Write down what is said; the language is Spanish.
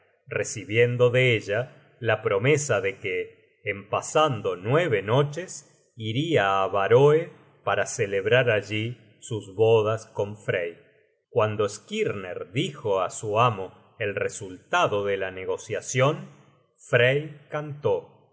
recibiendo de ella la promesa de que en pasando nueve noches iria á baroe para celebrar allí sus bodas con frey cuando skirner dijo á su amo el resultado de la negociacion frey cantó